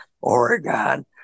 Oregon